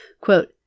Quote